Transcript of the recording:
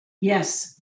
Yes